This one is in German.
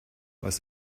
was